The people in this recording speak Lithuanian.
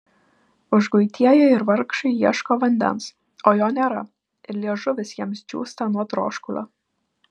užguitieji ir vargšai ieško vandens o jo nėra ir liežuvis jiems džiūsta nuo troškulio